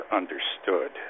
understood